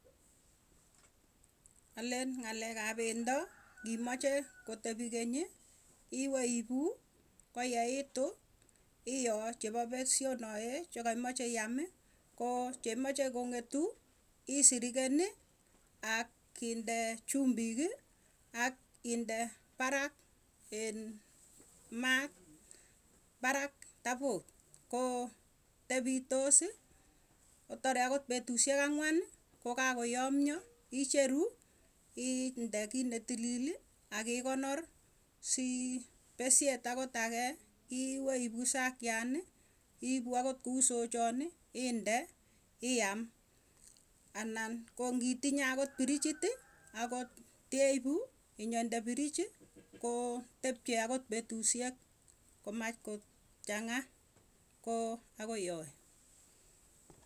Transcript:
Alen ng'alek ap pendo, ngimache kotepi keny iwee ipuu, koyeiitu iyoo chepo pesyonoe chekaimeche iami koo cheimache kong'etu isirikeni ak inde chumbiki ak inde parak. Iin maat parak taput koo tepitosi kotare akot petusyek angwan kokakoyamya icheru, inde kiit netilili akikonor sii pesyet akot agee iweipu sakiani, iipu akot kuu sochani inde, iam. Anan ko ngitinye akot fridge akot teipu inyonde fridge koo tepche akot petusyek, komach kot chang'a koo akoi yae.